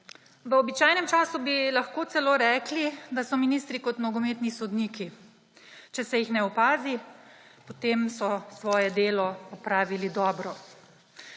V običajnem času bi lahko celo rekli, da so ministri kot nogometni sodniki – če se jih ne opazi, potem so svoje delo opravili dobro.